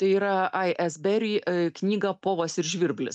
tai yra ai es beri knygą povas ir žvirblis